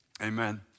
amen